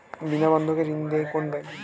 বিনা বন্ধকে ঋণ দেয় কোন ব্যাংক?